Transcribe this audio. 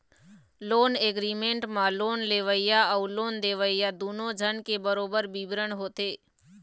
loan agreement म loan लेवइया अउ लोन देवइया दूनो झन के बरोबर बिबरन होथे